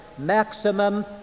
maximum